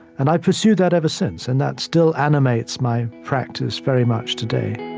and i've pursued that ever since. and that still animates my practice very much, today